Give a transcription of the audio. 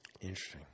Interesting